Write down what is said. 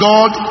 God